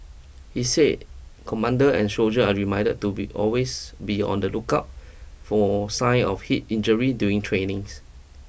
he said commander and soldier are reminded to be always be on the lookout for signs of heat injury during trainings